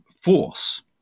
force